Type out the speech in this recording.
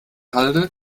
halde